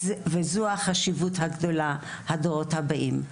זו החשיבות הגדולה לדורות הבאים.